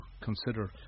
consider